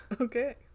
Okay